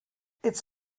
its